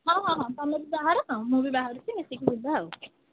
ହଁ ହଁ ତମେ ବି ବାହାର ମୁଁ ବି ବାହାରୁଛି ମିଶିକି ଯିବା ଆଉ